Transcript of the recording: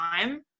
time